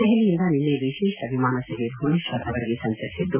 ದೆಹಲಿಯಿಂದ ನಿನ್ನೆ ವಿಶೇಷ ವಿಮಾನ ಸೇವೆ ಭುವನೇತ್ವರದವರೆಗೆ ಸಂಚರಿಸಿದ್ದು